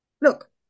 look